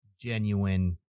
genuine